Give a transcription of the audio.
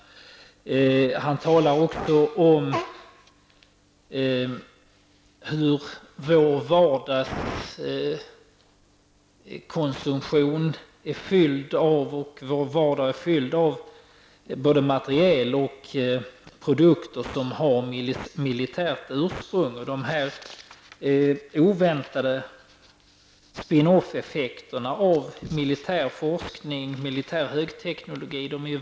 Reynoldh Furustrand talar också om hur vår vardagskonsumtion är fylld av både material och produkter som har militärt ursprung. Dessa oväntade spinn off-effekter av militär forskning och högteknologi är välkända.